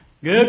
Good